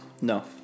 No